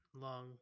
Long